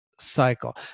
cycle